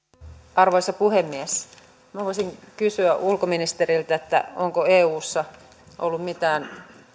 arvoisa puhemies minä haluaisin kysyä ulkoministeriltä onko eussa ollut mitään